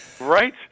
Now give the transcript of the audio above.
Right